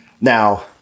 Now